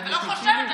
אני לא חושבת,